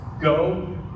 go